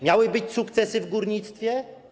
Miały być sukcesy w górnictwie.